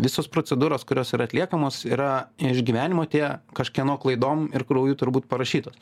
visos procedūros kurios yra atliekamos yra iš gyvenimo tie kažkieno klaidom ir krauju turbūt parašytos